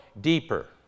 deeper